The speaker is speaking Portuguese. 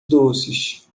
doces